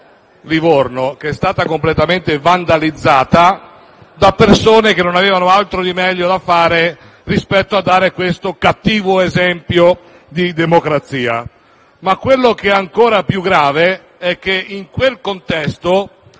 Livorno, che è stata completamente vandalizzata da persone che non avevano altro di meglio da fare che dare questo cattivo esempio di democrazia. Ciò che è ancora più grave è che, in quel contesto,